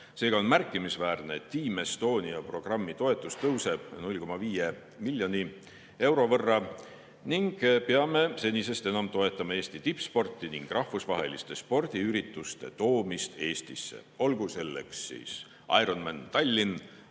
Seega on märkimisväärne, et Team Estonia programmi toetus tõuseb 0,5 miljoni euro võrra, ning me peame senisest enam toetama Eesti tippsporti ning rahvusvaheliste spordiürituste toomist Eestisse. Olgu selleks siis Ironman Tallinn,